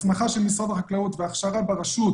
הסמכה של משרד החקלאות והכשרה ברשות,